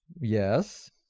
Yes